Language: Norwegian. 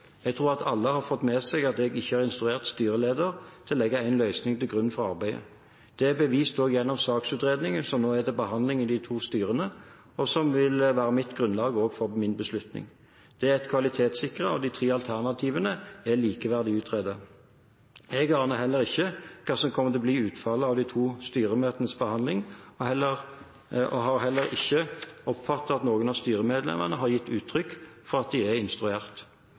Jeg tror at alle har fått med seg at jeg ikke har instruert styreleder til å legge én løsning til grunn for arbeidet. Det er bevist gjennom saksutredningen som nå er til behandling i de to styrene, og som også vil være grunnlaget for min beslutning. Det er kvalitetssikret, og de tre alternativene er likeverdig utredet. Jeg aner heller ikke hva som kommer til å bli utfallet av de to styremøtenes behandling, og har heller ikke oppfattet at noen av styremedlemmene har gitt utrykk for at de er instruert.